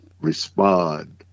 respond